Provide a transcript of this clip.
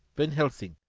van helsing,